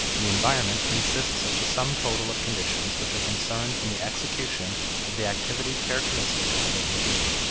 the environment consists of the sum total of conditions which are concerned in the execution of the activity characteristic of a living being.